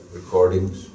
recordings